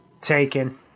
taken